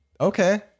Okay